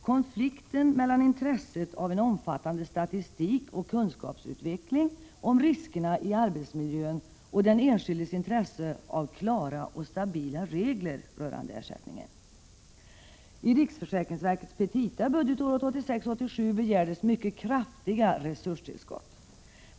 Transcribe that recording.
Konflikten mellan intresset av en omfattande statistikoch kunskapsutveckling om riskerna i arbetsmiljön och den enskildes intresse av klara och stabila regler rörande ersättningen. I riksförsäkringsverkets petita för budgetåret 1986/87 begärdes mycket kraftiga resurstillskott.